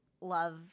love